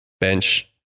bench